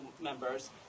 members